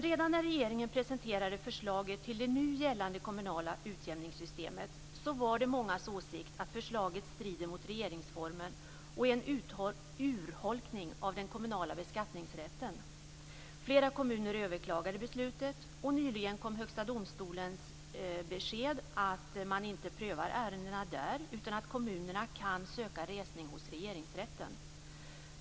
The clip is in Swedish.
Redan när regeringen presenterade förslaget till det nu gällande kommunala utjämningssystemet var det mångas åsikt att förslaget strider mot regeringsformen och är en urholkning av den kommunala beskattningsrätten. Flera kommuner överklagade beslutet, och nyligen kom Högsta domstolens besked att ärendena inte prövas där utan att kommunerna kan söka resning hos Regeringsrätten.